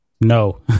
No